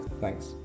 Thanks